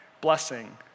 blessing